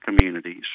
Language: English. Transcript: communities